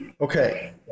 Okay